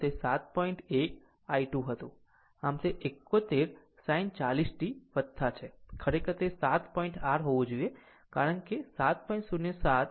1 I 2 હતું આમ તે 71 sin 40 t છે ખરેખર તે 7 પોઇન્ટ r હોવું જોઈએ કારણ કે 7